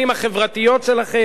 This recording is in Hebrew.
החברתיות שלכם.